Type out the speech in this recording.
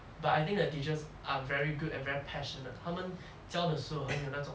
but I think the teachers are very good and very passionate 他们教的时候很有那种